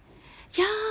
yeah